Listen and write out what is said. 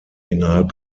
innerhalb